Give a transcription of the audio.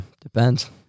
depends